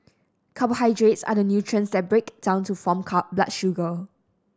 carbohydrates are the nutrients that break down to form blood sugar